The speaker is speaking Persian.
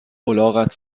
الاغت